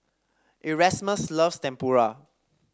Erasmus loves Tempura